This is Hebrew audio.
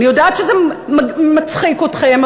אני יודעת שזה מצחיק אתכם,